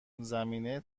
زمینه